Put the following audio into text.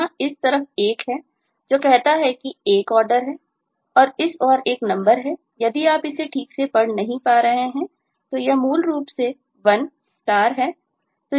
यहाँ इस तरह 1 है जो कहता है कि एक Order है और इस ओर एक नंबर है यदि आप इसे ठीक से नहीं पढ़ पा रहे हैं तो यह मूल रूप से 1 है